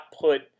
put